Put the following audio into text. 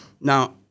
Now